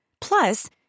Plus